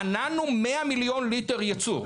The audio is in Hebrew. מנענו 100 מיליון ליטר יצוא.